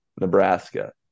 nebraska